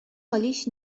حالیش